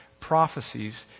prophecies